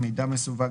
מידע מסווג,